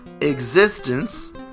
existence